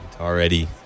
already